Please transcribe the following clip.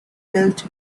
built